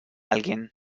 alguien